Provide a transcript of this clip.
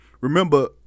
Remember